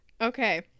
Okay